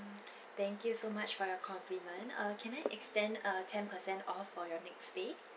thank you so much for your complement uh can I extend a ten percent off for your next stay